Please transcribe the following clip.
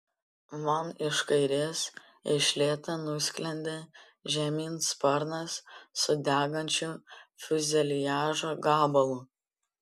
man iš kairės iš lėto nusklendė žemyn sparnas su degančiu fiuzeliažo gabalu